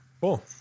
Cool